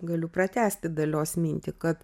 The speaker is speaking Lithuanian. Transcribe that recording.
galiu pratęsti dalios mintį kad